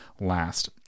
last